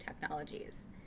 technologies